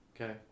Okay